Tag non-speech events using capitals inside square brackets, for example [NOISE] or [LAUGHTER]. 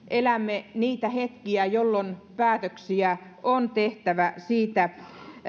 [UNINTELLIGIBLE] elämme nyt niitä hetkiä jolloin päätöksiä on tehtävä esimerkiksi siitä